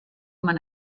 man